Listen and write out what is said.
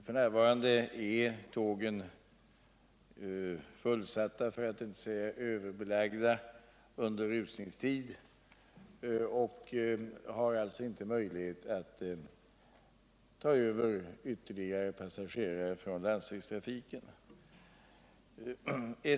F. n. är tågen fullsatta för att inte säga överbelagda i rusningstid och har alltså inte möjlighet att ta över ytterligare passagerare från landsvägstrafiken.